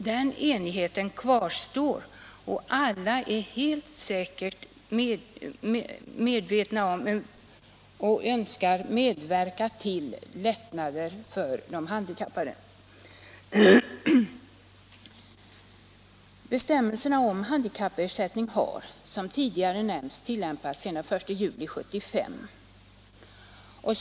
Den enigheten kvarstår, och alla önskar säkert medverka till lättnader för de handikappade. Bestämmelserna om handikappersättning har som tidigare nämnts tilllämpats sedan den 1 juli 1975.